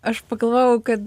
aš pagalvojau kad